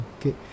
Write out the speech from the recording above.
Okay